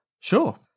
Sure